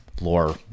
lore